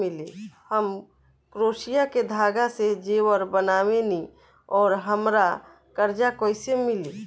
हम क्रोशिया के धागा से जेवर बनावेनी और हमरा कर्जा कइसे मिली?